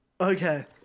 Okay